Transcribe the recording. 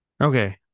okay